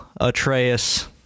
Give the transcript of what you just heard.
Atreus